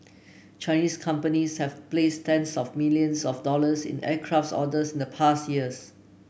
Chinese companies have placed tens of billions of dollars in aircrafts orders in the past years